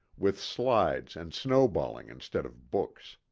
with slides and snowballing instead of books.